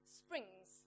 springs